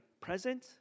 present